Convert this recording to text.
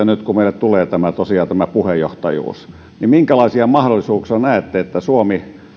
nyt kun meille tulee tosiaan tämä puheenjohtajuus niin minkälaisia mahdollisuuksia näette sille että suomi